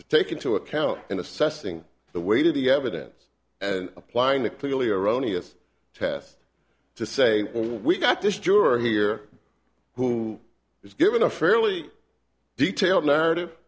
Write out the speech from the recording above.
to take into account in assessing the weight of the evidence and applying the clearly erroneous test to say well we've got this juror here who is giving a fairly detailed narrative